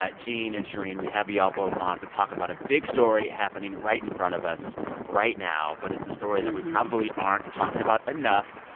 gene and shereen, we have y'all both on to talk about a big story happening right in front of us right now, but it's a story that we probably aren't talking about enough.